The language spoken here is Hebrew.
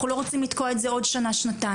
אנחנו לא רוצים לתקוע את זה עוד שנה שנתיים.